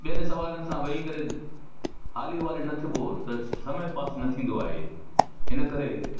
ॿियनि सवारीयुनि सां वेही करे हाली वाली न थिबो त पोइ त समय पास न थींदो आहे हिन करे